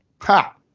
Ha